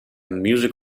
music